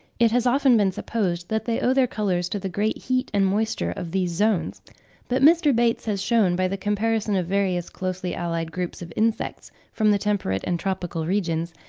it has often been supposed that they owe their colours to the great heat and moisture of these zones but mr. bates has shown by the comparison of various closely-allied groups of insects from the temperate and tropical regions,